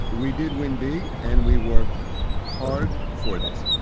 we did win big and we worked hard for this.